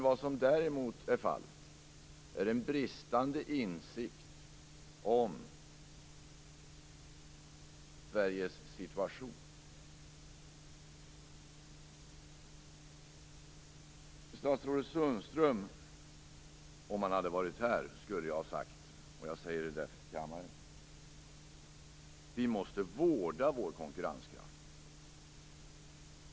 Vad som däremot är fallet är en bristande insikt om Sveriges situation. Om statsrådet Sundström hade varit här skulle jag ha sagt till honom så som jag nu säger till kammaren: Vi måste vårda vår konkurrenskraft.